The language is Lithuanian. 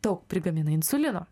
daug prigamina insulino